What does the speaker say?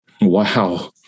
Wow